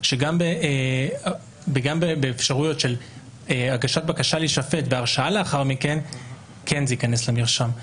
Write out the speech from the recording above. שגם במקרים של הגשת בקשה להישפט והרשעה לאחר מכן זה כן ייכנס למרשם.